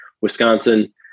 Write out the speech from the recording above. Wisconsin